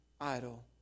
idol